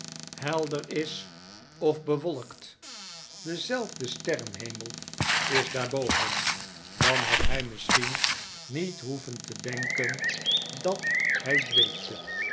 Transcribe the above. helder is of bewolkt dezelfde sterrenhemel is daar boven dan had hij misschien niet hoeven te denken dat hij dweepte